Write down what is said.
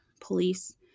police